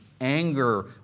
anger